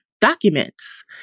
documents